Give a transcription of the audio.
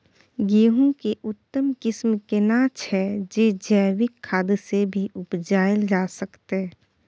गेहूं के उत्तम किस्म केना छैय जे जैविक खाद से भी उपजायल जा सकते?